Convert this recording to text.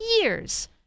years